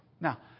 Now